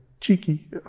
cheeky